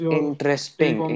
interesting